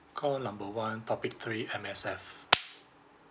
call number one topic three M_S_F